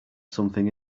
something